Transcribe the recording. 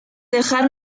dejar